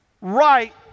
right